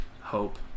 hope